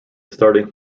started